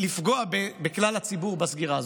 לפגוע בכלל הציבור בסגירה הזאת.